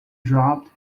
dropped